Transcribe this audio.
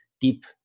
deep